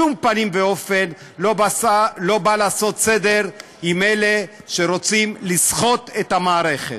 זה בשום פנים ואופן לא בא לעשות סדר לאלה שרוצים לסחוט את המערכת.